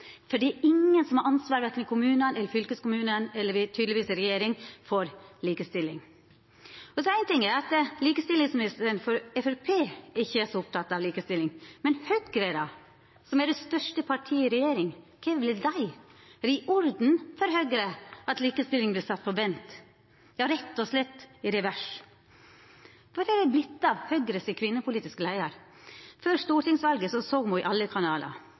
eldsjeler. Det er ingen som har ansvar for likestilling verken i kommunane eller i fylkeskommunane – og tydelegvis heller ikkje i regjeringa. Éin ting er at likestillingsministeren frå Framstegspartiet ikkje er så oppteken av likestilling. Men Høgre, då, som er det største partiet i regjeringa, kva vil dei? Er det i orden for Høgre at likestilling vert sett på vent – ja, rett og slett i revers? Kvar har det vorte av Høgre sin kvinnepolitiske leiar? Før stortingsvalet såg me henne i alle kanalar.